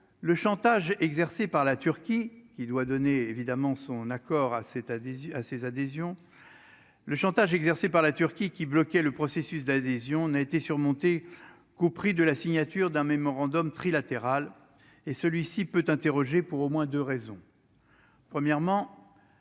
le chantage exercé par la Turquie, qui bloquait le processus d'adhésion n'a été surmonté qu', prix de la signature d'un mémorandum trilatéral et celui-ci peut interroger pour au moins 2 raisons : premièrement,